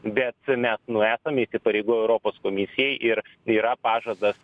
bet mes nu esam įsipareigoję europos komisijai ir yra pažadas